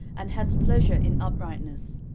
and hast pleasure in uprightness.